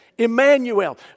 Emmanuel